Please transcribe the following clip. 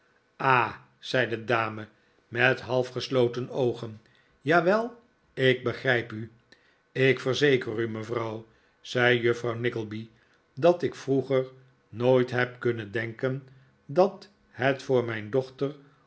ah zei de dame met half gesloten oogen jawel ik begrijp u ik verzeker u mevrouw zei juffrouw nickleby dat ik vroeger nooit heb kunnen denken dat het voor mijn dochter